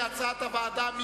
כהצעת הוועדה.